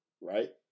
right